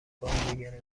بازیگر